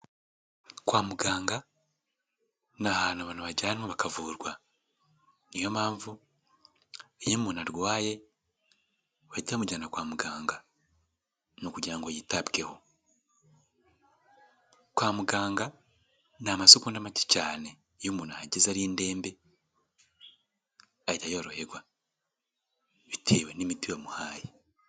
Kwa muganga ni ahantu abantu bajyanwa bakavurwa, niyo mpamvu iyo umuntu arwaye bahita bamujyana kwa muganga, ni ukugira ngo yitabweho, kwa muganga ni amasegonda make cyane, iyo umuntu ahageze ari indembe ahita yoroherwa bitewe n'imiti bamuhaye.